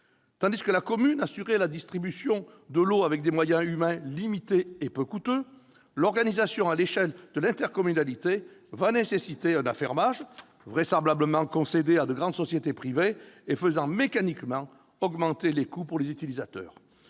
Tandis que la commune assurait la distribution de l'eau avec des moyens humains limités et peu coûteux, l'organisation à l'échelle de l'intercommunalité nécessitera un affermage, qui sera vraisemblablement concédé à de grandes sociétés privées, ce qui fera mécaniquement augmenter les coûts pour les utilisateurs.